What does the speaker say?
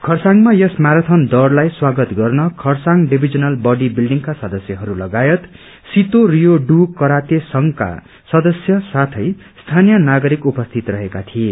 खरसाङमा यस म्याराथन दौङ्लाई स्वागत गर्न खरसाङ ढिविजनल बडी विल्डिंगका सदस्यहरू लगायत सितो रिर्यो डू कराते संयका सदस्य साथै स्थानीय नागरिक उपस्थित रहेका थिए